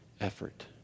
effort